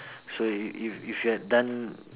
so if if if you had done